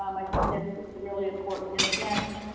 um i think that's really important. and again,